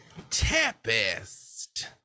Tapest